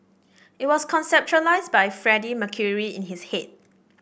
it was conceptualised by Freddie Mercury in his head